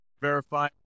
Verify